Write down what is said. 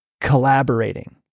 collaborating